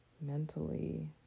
mentally